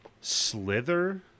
slither